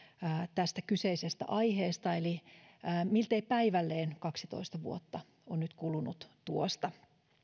tästä kyseisestä aiheesta eli miltei päivälleen kaksitoista vuotta on nyt kulunut tuosta